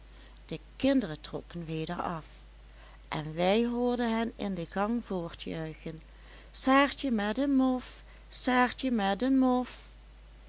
de kinderen trokken weder af en wij hoorden hen in den gang voortjuichen saartje met een mof saartje met een mof